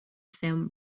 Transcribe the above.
film